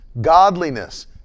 godliness